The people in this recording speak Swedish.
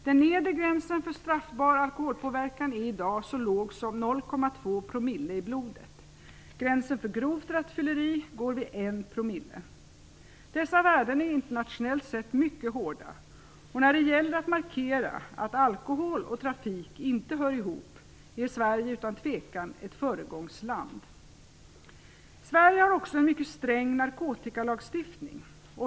Den nedre gränsen för straffbar alkoholpåverkan är i dag så låg som 0,2 % i blodet. Gränsen för grovt rattfylleri går vid 1 %. Dessa värden är internationellt sätt mycket hårda. När det gäller att markera att alkohol och trafik inte hör ihop är Sverige utan tvekan ett föregångsland. Sverige har också en mycket sträng narkotikalagstiftning.